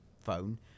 phone